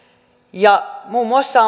ja on puhuttu muun muassa